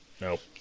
Nope